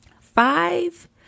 five